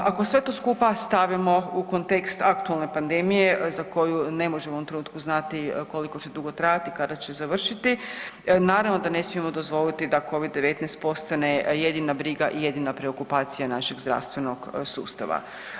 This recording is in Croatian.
Ako sve to skupa stavimo u kontekst aktualne pandemije za koju ne možemo u ovom trenutku znati koliko će dugo trajati i kada će završiti naravno da ne smijemo dozvoliti da Covid-19 postane jedina briga i jedina preokupacija našeg zdravstvenog sustava.